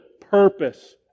Purpose